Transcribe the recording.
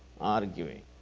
arguing